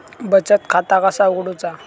बचत खाता कसा उघडूचा?